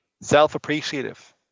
self-appreciative